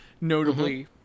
notably